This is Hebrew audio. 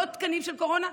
לא תקנים של קורונה,